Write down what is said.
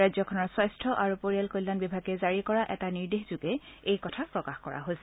ৰাজ্যখনৰ স্বাস্থ্য আৰু পৰিয়াল কল্যাণ বিভাগে জাৰি কৰা এটা নিৰ্দেশযোগে এই কথা প্ৰকাশ কৰা হৈছে